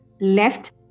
left